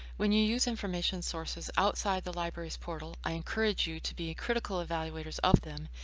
when you use information sources outside the libraries portal, i encourage you to be critical evaluators of them,